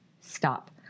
stop